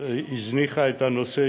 הזניחה את הנושא,